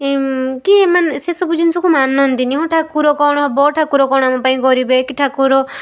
କି ମାନେ ସେସବୁ ଜିନିଷକୁ ମାନନ୍ତିନି କି ହଁ ଠାକୁର କ'ଣ ହେବ ହଁ ଠାକୁର କ'ଣ ଆମ ପାଇଁ କରିବେ କି ଠାକୁର